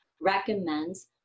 recommends